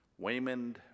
Waymond